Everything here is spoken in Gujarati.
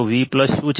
V શું છે